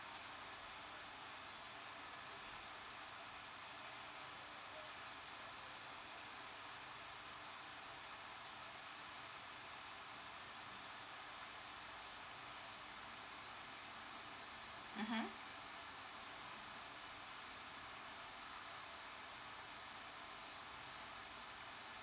mmhmm